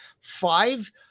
five